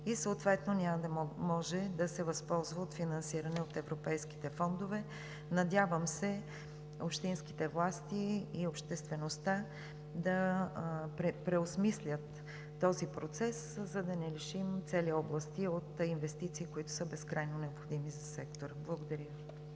и съответно няма да може да се възползва от финансиране от европейските фондове. Надявам се общинските власти и обществеността да преосмислят този процес, за да не лишим цели области от инвестиции, които са безкрайно необходими за сектора. Благодаря.